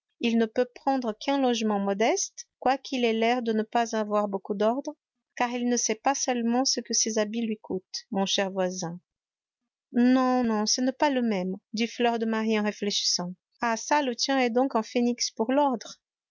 il ne peut prendre qu'un logement modeste quoiqu'il ait l'air de ne pas avoir beaucoup d'ordre car il ne sait pas seulement ce que ses habits lui coûtent mon cher voisin non non ce n'est pas le même dit fleur de marie en réfléchissant ah çà le tien est donc un phénix pour l'ordre